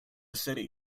city